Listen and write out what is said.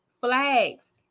flags